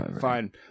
Fine